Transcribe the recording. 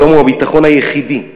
שלום הוא הביטחון היחידי,